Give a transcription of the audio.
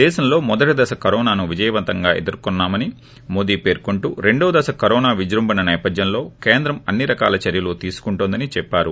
దేశంలో మొదటి దశ కరోనాను విజయవంతంగా ఎదుర్కోన్నామని మోదీ పేర్కొంటూ రెండో దశ కరోనా విజృంభణ సేపథ్యంలో కేంద్రం అన్ని రకాల చర్యలు తీసుకుంటోందని చెప్పారు